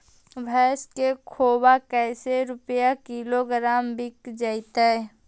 भैस के खोबा कैसे रूपये किलोग्राम बिक जइतै?